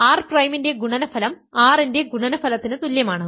R പ്രൈമിന്റെ ഗുണനഫലം R ന്റെ ഗുണനഫലത്തിന് തുല്യമാണ്